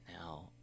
Now